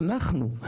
אנחנו.